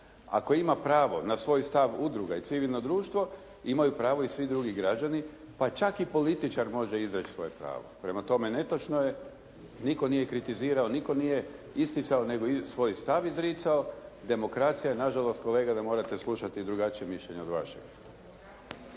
Ako ima pravo na svoj stav udruga i civilno društvo imaju pravo i svi drugi građani pa čak i političar može izreći svoje pravo. Prema tome netočno je, nitko nije kritizirao, nitko nije isticao nego je svoj stav izricao. Demokracija je nažalost kolega da morate slušati i drugačija mišljenja od vaših.